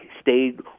stayed